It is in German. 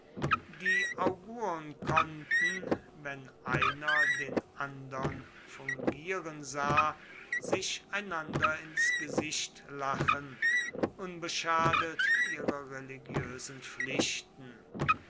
die augurn konnten wenn einer den andern fungieren sah sich einander ins gesicht lachen unbeschadet ihrer religiösen pflichten